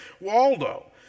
Waldo